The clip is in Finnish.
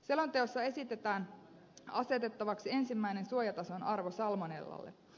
selonteossa ehdotetaan asetettavaksi ensimmäinen suojatason arvo salmonellalle